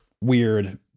weird